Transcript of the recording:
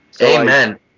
Amen